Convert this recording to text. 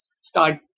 start